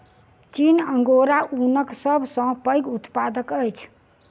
चीन अंगोरा ऊनक सब सॅ पैघ उत्पादक अछि